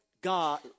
God